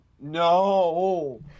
no